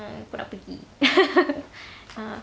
mm aku nak pergi ah